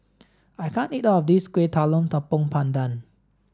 I can't eat all of this Kueh Talam Tepong Pandan